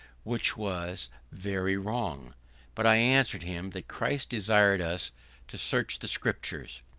which was very wrong but i answered him that christ desired us to search the scriptures.